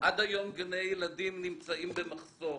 עד היום גני ילדים נמצאים במחסור.